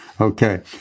Okay